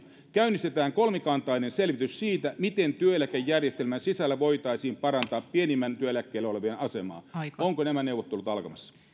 käynnistetään kolmikantainen selvitys siitä miten työeläkejärjestelmän sisällä voitaisiin parantaa pienimmillä työeläkkeillä olevien asemaa ovatko nämä neuvottelut alkamassa